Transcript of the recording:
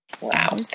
Wow